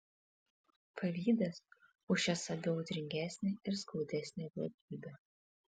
pavydas už šias abi audringesnė ir skaudesnė blogybė